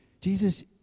Jesus